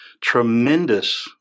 tremendous